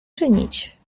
czynić